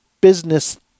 business